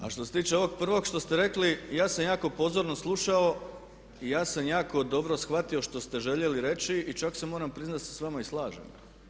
A što se tiče ovog prvog, što ste rekli, ja sam jako pozorno slušao i ja sam jako dobro shvatio što ste željeli reći i čak se, moram priznati, da se s vama i slažem.